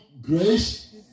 grace